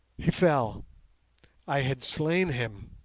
he fell i had slain him.